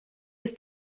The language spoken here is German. ist